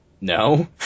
no